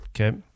Okay